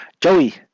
Joey